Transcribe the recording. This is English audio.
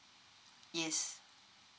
yes